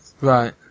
Right